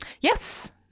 Yes